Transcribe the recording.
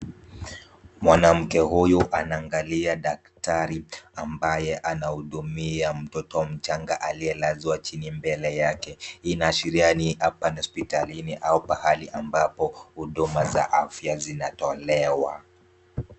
Mwanamke huyu anaangalia daktari ambaye anahudumia mtoto mchanga aliyelazwa chini mbele yake. Inaashiria hapa ni hospitalini ama pahali ambapo huduma za afya zinatolewa.